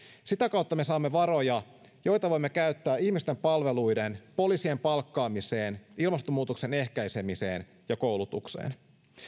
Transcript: sitä kautta me saamme varoja joita voimme käyttää ihmisten palveluihin poliisien palkkaamiseen ilmastonmuutoksen ehkäisemiseen ja koulutukseen